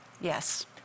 yes